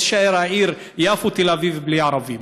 העיר יפו-תל אביב לא תישאר בלי ערבים,